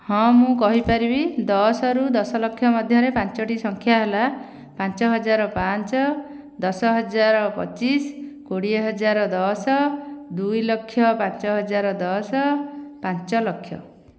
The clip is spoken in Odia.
ହଁ ମୁଁ କହିପାରିବି ଦଶରୁ ଦଶ ଲକ୍ଷ ମଧ୍ୟରେ ପାଞ୍ଚଟି ସଂଖ୍ୟା ହେଲା ପାଞ୍ଚ ହଜାର ପାଞ୍ଚ ଦଶ ହଜାର ପଚିଶ କୋଡ଼ିଏ ହଜାର ଦଶ ଦୁଇ ଲକ୍ଷ ପାଞ୍ଚ ହଜାର ଦଶ ପାଞ୍ଚ ଲକ୍ଷ